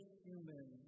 human